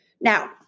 Now